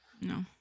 no